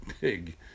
big